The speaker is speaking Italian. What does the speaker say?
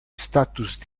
status